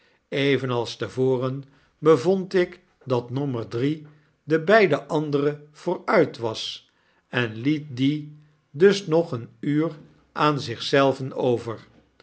evenals te voren bevond ik dat nommer drie de beide andere vboruit was en liet dien dus nog een uur aan zich zelven over